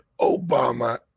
Obama